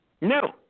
No